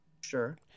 Sure